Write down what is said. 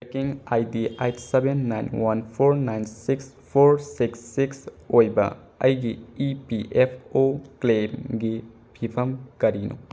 trekking I D eight seven nine one four nine six four six six ꯑꯣꯏꯕ ꯑꯩꯒꯤ E P F O ꯀ꯭ꯂꯦꯝꯒꯤ ꯐꯤꯕꯝ ꯀꯔꯤꯅꯣ